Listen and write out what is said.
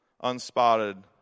unspotted